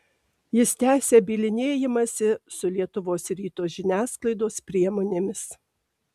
jis tęsia bylinėjimąsi su lietuvos ryto žiniasklaidos priemonėmis